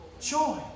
Joy